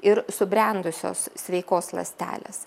ir subrendusios sveikos ląstelės